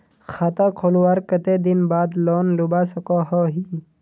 खाता खोलवार कते दिन बाद लोन लुबा सकोहो ही?